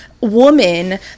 woman